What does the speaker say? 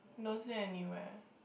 don't say anywhere